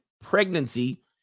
pregnancy